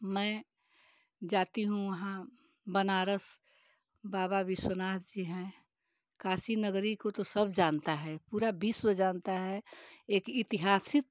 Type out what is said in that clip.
मैं जाती हूँ वहाँ बनारस बाबा विश्वनाथ जी हैं काशी नगरी को तो सब जनता है पूरा विश्व जनता है एक ऐतिहासिक